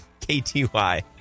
KTY